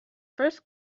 first